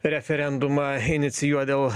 referendumą inicijuot dėl